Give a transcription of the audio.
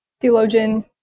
theologian